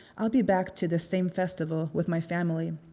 i'll be back to the same festival with my family.